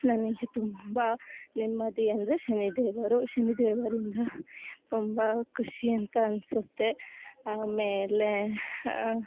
ನನಗೆ ತುಂಬ ನೆಮ್ಮದಿ ಅಂದರೆ ಶನಿ ದೇವರು ಶನಿ ದೇವರಿಂದ ತುಂಬ ಖುಷಿ ಅಂತ ಅನ್ಸುತ್ತೆ ಆಮೇಲೇ